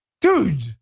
Dude